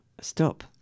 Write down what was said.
stop